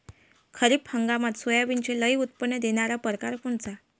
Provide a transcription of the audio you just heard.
खरीप हंगामात सोयाबीनचे लई उत्पन्न देणारा परकार कोनचा?